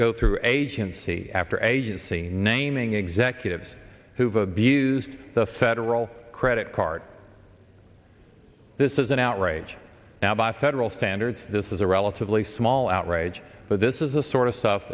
go through agency after agency naming executives who've abused the federal credit card this is an outrage now by federal standards this is a relatively small outrage but this is the sort of stuff